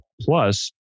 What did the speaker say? plus